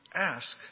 ask